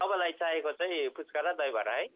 तपाईँलाई चाहिएको चाहिँ पुच्का र दहीबडा है